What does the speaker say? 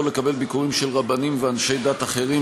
לקבל ביקורים של רבנים ואנשי דת אחרים,